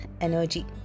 energy